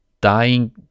dying